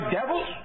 devils